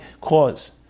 cause